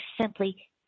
simply